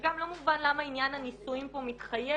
שגם לא מובן למה עניין הנישואין פה מתחייב,